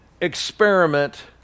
experiment